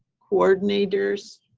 coordinators,